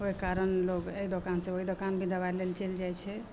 ओहि कारण लोग एहि दोकानसे ओहि दोकानके दबाइ लैलए चैलि जाइ छै